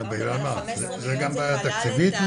גם זה בעיה תקציבית?